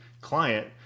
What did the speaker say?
client